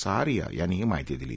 सहा रया यांनी ही माहिती दिली